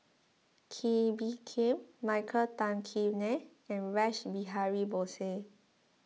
Kee Bee Khim Michael Tan Kim Nei and Rash Behari Bose